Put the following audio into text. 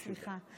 סליחה.